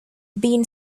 been